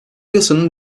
yasanın